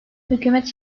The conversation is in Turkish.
hükümet